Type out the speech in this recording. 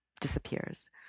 disappears